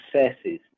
successes